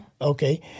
Okay